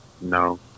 No